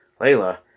Layla